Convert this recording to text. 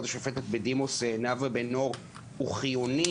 השופטת בדימוס נאוה בן-אור הוא חיוני.